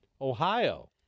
Ohio